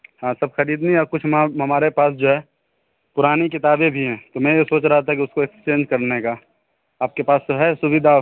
ہاں سب خریدنی ہے اور کچھ ہمارے پاس جو ہے پرانی کتابیں بھی ہیں تو میں یہ سوچ رہا تھا اس کو ایکسچینج کرنے کا آپ کے پاس تو ہے سویدھا